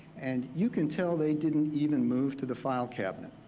and you can tell they didn't even move to the file cabinet.